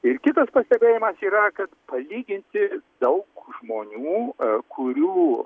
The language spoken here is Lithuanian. ir kitas pastebėjimas yra kad palyginti daug žmonių kurių